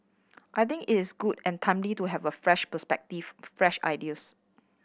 I think it's good and timely to have a fresh perspective fresh ideas